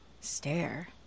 Stare